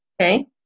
Okay